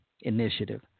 initiative